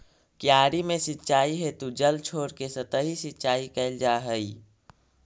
क्यारी में सिंचाई हेतु जल छोड़के सतही सिंचाई कैल जा हइ